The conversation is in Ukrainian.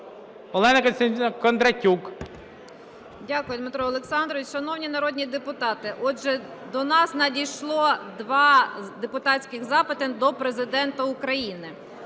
ГОЛОВУЮЧА. Дякую, Дмитро Олександрович. Шановні народні депутати, отже, до нас надійшло 2 депутатських запити до Президента України.